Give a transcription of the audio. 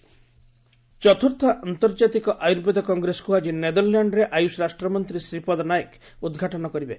AYUSH Netherlands ଚତ୍ରର୍ଥ ଆନ୍ତର୍ଜାତିକ ଆୟୁର୍ବେଦ କଂଗ୍ରେସକୁ ଆଜି ନେଦରଲ୍ୟାଣ୍ଡରେ ଆୟୁଷ ରାଷ୍ଟ୍ରମନ୍ତ୍ରୀ ଶ୍ରୀପଦ ନାଏକ ଉଦ୍ଘାଟନ କରିବେ